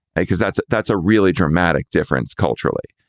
because that's that's a really dramatic difference culturally,